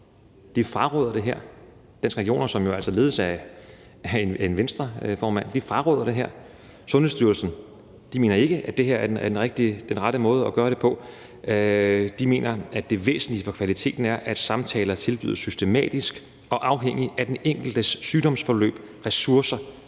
fraråder det her, Danske Regioner, som jo altså ledes af en Venstremand, fraråder det her. Sundhedsstyrelsen mener ikke, at det her er den rette måde at gøre det på. De mener, at det væsentlige for kvaliteten er, at samtaler tilbydes systematisk og afhængigt af den enkeltes sygdomsforløb, ressourcer